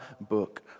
book